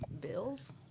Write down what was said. Bills